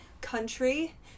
country